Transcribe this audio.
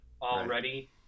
already